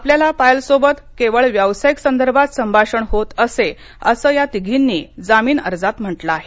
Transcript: आपल्याला पायलसोबत केवळ व्यावसायिक संदर्भात संभाषण होत असे असं या तिघींनी जामीन अर्जात म्हटलं आहे